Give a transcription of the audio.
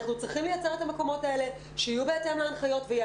אנחנו צריכים לייצר את המקומות האלה שיהיו בהתאם